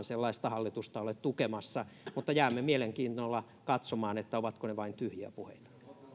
sellaista hallitusta ole tukemassa mutta jäämme mielenkiinnolla katsomaan ovatko ne vain tyhjiä puheita